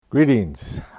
Greetings